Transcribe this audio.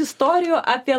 istorijų apie